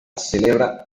celebra